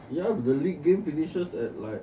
yeah the league game finishes at like